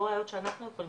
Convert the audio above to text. לא ראיות שאנחנו יכולים,